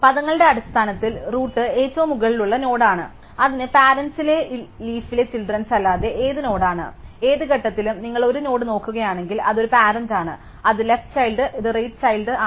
പദങ്ങളുടെ അടിസ്ഥാനത്തിൽ റൂട്ട് ഏറ്റവും മുകളിലുള്ള നോഡാണ് അതിന് പരേന്ടസില ഇലയ്ക്ക് ചിൽഡ്രൻസില്ലാത്ത ഏത് നോഡാണ് ഏത് ഘട്ടത്തിലും നിങ്ങൾ ഒരു നോഡ് നോക്കുകയാണെങ്കിൽ അത് ഒരു പരേന്റാണ് അത് ലെഫ്റ് ചൈൽഡ് അത് റൈറ്റ് ചൈൽഡ് ആണ്